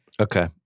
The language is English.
Okay